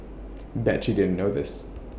bet you didn't know this